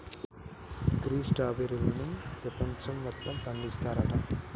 గీ స్ట్రాబెర్రీలను పెపంచం మొత్తం పండిస్తారంట